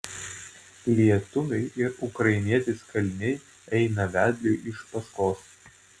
lietuviai ir ukrainietis kaliniai eina vedliui iš paskos